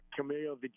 Camilo